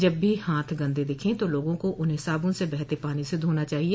जब भी हाथ गंदे दिखें तो लोगों को उन्हें साबुन से बहते पानी से धोना चाहिए